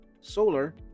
solar